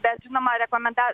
bet žinoma rekomenda